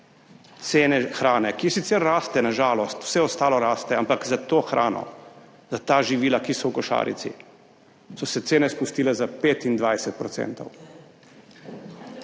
cene hrane, ki sicer raste na žalost, vse ostalo raste, ampak za to hrano, za ta živila, ki so v košarici, so se cene spustile za 25 %.